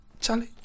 Charlie